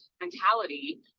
mentality